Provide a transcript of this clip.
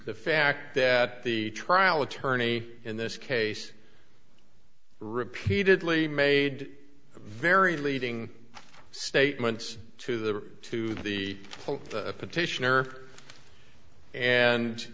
the fact that the trial attorney in this case repeatedly made a very leading statements to the to the